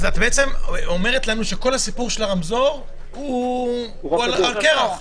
אז את אומרת שכל הסיפור של הרמזור הוא על קרח.